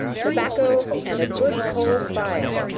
tobacco and a good coal fire,